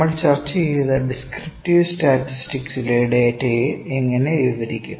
നമ്മൾ ചർച്ച ചെയ്ത ഡിസ്ക്രിപ്റ്റീവ് സ്റ്റാറ്റിസ്റ്റിക്സിലെ ഡാറ്റയെ എങ്ങനെ വിവരിക്കും